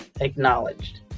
acknowledged